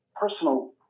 personal